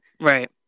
Right